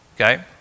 Okay